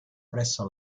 presso